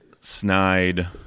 snide